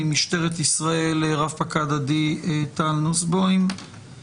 ממשטרת ישראל רפ"ק טל נוסבוים,